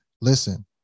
listen